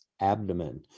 abdomen